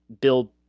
build